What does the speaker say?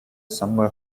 summer